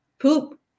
poop